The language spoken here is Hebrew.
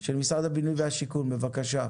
של משרד הבינוי והשיכון בבקשה.